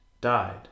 died